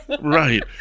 Right